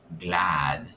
glad